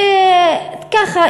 וככה,